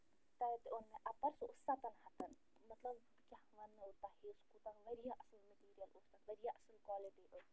تَتہِ اوٚن مےٚ اپر سُہ اوس سَتن ہَتن مطلب بہٕ کیٛاہ وَنو تۄہہِ سُہ کوٗتاہ وارِیاہ اصٕل مِٹیٖرل اوس تتھ وارِیاہ اصٕل کالٹی ٲس سُہ